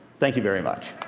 thank you very much.